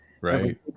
Right